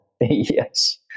yes